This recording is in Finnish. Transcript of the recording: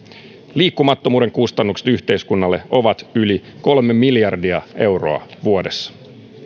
liikkumattomuuden kustannukset yhteiskunnalle ovat yli kolme miljardia euroa vuodessa